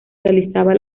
realizaba